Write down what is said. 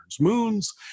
moons